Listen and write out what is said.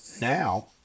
Now